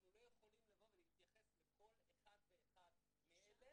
אנחנו לא יכולים להתייחס לכל אחד ואחד מאלה כמישהו שממתין.